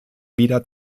wieder